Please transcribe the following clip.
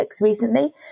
recently